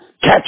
catch